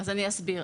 אני אסביר.